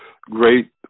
great